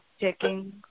checking